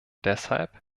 deshalb